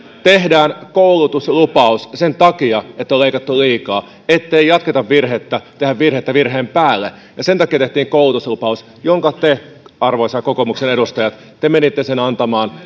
tehdään koulutuslupaus sen takia että on leikattu liikaa ettei jatketa virhettä tehdä virhettä virheen päälle sen takia tehtiin koulutuslupaus jonka te arvoisat kokoomukset edustajat menitte antamaan